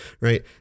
right